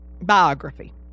biography